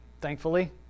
thankfully